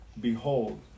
Behold